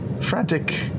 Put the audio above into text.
frantic